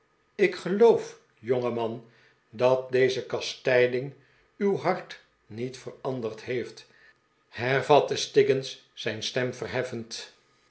ik geloof jongeman dat deze kastijding uw hart niet veranderd heeft hervatte stiggins zijn stem verheffend